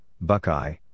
Buckeye